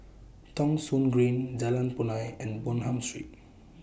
Thong Soon Green Jalan Punai and Bonham Street